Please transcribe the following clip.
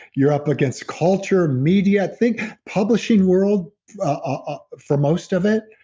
you're up against culture media, i think publishing world ah for most of it,